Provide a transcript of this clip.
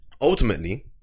ultimately